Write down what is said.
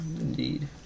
Indeed